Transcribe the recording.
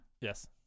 Yes